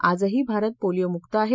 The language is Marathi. आजही भारत पोलिओ मुक आहे